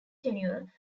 tenure